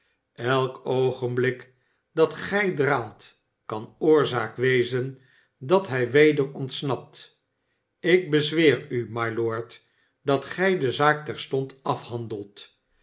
elk oogenblik dat gij draalt kan oorzaak wezen dat hij weder ontsnapt ik bezweer u mylord dat gij de zaak terstond afhandelt